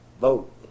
vote